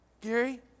Gary